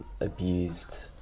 abused